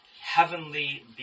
heavenly